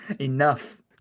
Enough